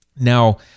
Now